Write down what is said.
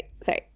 sorry